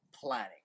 planning